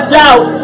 doubt